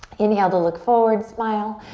inhale to look forward, smile.